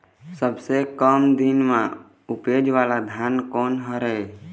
सबसे कम दिन म उपजे वाला धान कोन हर ये?